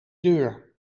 deur